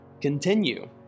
continue